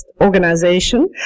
organization